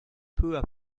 peu